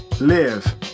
Live